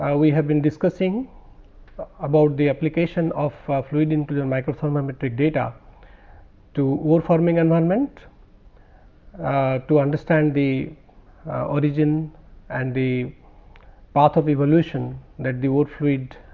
ah we have been discussing about the application of ah fluid inclusion micro thermometric data to ore forming environment to understand the ah origin and the path of evolution that the ore fluid